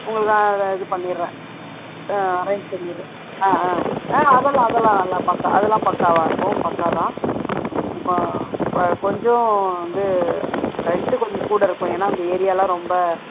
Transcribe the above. உங்களுக்கு நான் இதை இது பண்ணிகிறேன் அரேஞ்ச் பண்ணிகிறேன் ஆ ஆ ஆ அதெல்லாம் அதெல்லாம் எல்லாம் பக்கா அதெலாம் பக்காவாக இருக்கும் பக்கா தான் கோ வ கொஞ்சம் வந்து ரெண்ட்டு கொஞ்சம் கூட இருக்கும் ஏன்னால் அந்த ஏரியாவெலாம் ரொம்ப